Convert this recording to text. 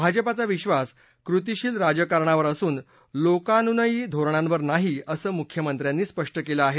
भाजपाचा विधास कृतिशील राजकारणावर असून लोकानुनयी धोरणांवर नाही असं मुख्यमंत्र्यांनी स्पष्ट केलं आहे